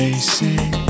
Facing